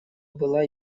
была